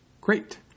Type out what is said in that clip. Great